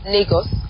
Lagos